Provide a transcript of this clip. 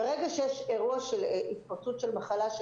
ברגע שיש אירוע של התפרצות של מחלה אז